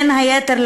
בין היתר,